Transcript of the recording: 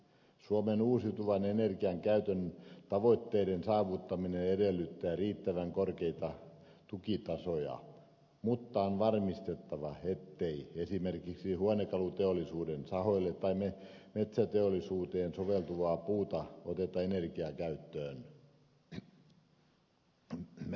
suomen uusiutuvan energian käytön tavoitteiden saavuttaminen edellyttää riittävän korkeita tukitasoja mutta on varmistettava ettei esimerkiksi huonekaluteollisuuden sahoille tai metsäteollisuuteen soveltuvaa puuta oteta energiakäyttöön